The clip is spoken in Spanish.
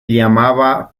llamaba